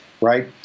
right